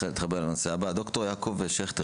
דוקטור יעקב שכטר,